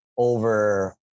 over